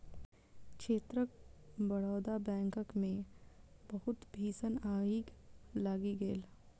क्षेत्रक बड़ौदा बैंकक मे बहुत भीषण आइग लागि गेल